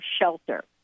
shelter